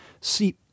See